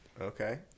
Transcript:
Okay